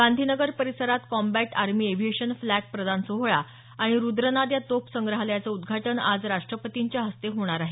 गांधीनगर परिसरात combat army aviation flag प्रदान सोहळा आणि रुद्रनाद या तोफ संग्रहालयाचं उद्घाटन आज राष्ट्रपतींच्या हस्ते होणार आहे